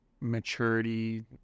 maturity